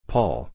Paul